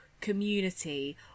community